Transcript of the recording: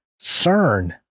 CERN